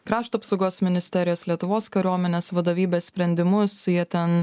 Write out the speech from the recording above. krašto apsaugos ministerijos lietuvos kariuomenės vadovybės sprendimus jie ten